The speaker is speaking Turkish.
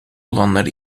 olanlar